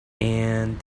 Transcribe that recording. and